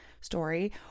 story